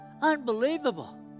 Unbelievable